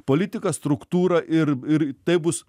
politiką struktūrą ir ir taip bus